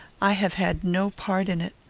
i have had no part in it.